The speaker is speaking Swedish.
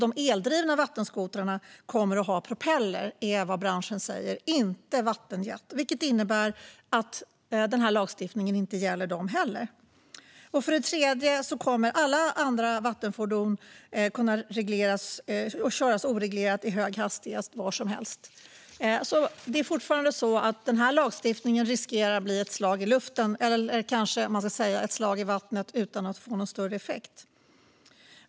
De eldrivna vattenskotrarna kommer att ha propeller, enligt vad branschen säger, och inte vattenjet. Det innebär att lagstiftningen inte heller gäller dem. För det tredje kommer alla andra vattenfordon att kunna köras oreglerat i hög hastighet och var som helst. Det är fortfarande så att den här lagstiftningen riskerar att bli ett slag i luften, eller man kanske ska säga ett slag i vattnet, utan att få någon större effekt.